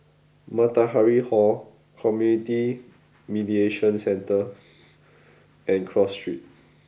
Matahari Hall Community Mediation Centre and Cross Street